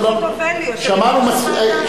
תשאלו את חוטובלי, יושבת-ראש הוועדה.